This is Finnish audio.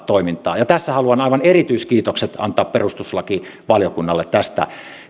toimintaa ja tässä haluan aivan erityiskiitokset antaa perustuslakivaliokunnalle tästä